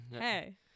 Hey